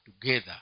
together